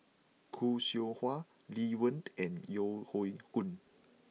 Khoo Seow Hwa Lee Wen and Yeo Hoe Koon